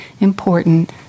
important